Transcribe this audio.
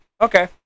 Okay